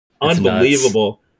Unbelievable